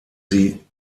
sie